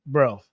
Bro